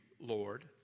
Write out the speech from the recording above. Lord